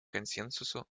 консенсусу